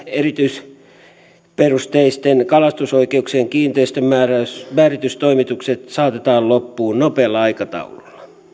erityisperusteisten kalastusoikeuksien kiinteistönmääritystoimitukset saatetaan loppuun nopealla aikataululla